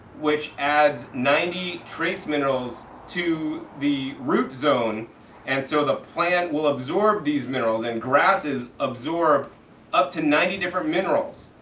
which adds ninety trace minerals to the root zone and so the plant will absorb these minerals and grasses absorb up to ninety different minerals.